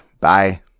Bye